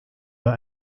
bei